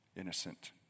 innocent